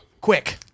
quick